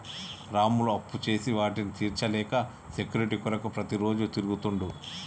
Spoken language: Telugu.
రాములు అప్పుచేసి వాటిని తీర్చలేక సెక్యూరిటీ కొరకు ప్రతిరోజు తిరుగుతుండు